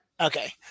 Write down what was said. Okay